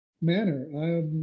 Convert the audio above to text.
manner